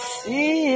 see